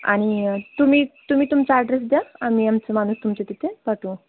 आणि तुम्ही तुम्ही तुमचा आड्रेस द्या आम्ही आमचं माणूस तुमच्या तिथे पाठवू